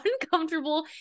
uncomfortable